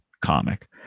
comic